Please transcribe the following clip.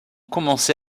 commencé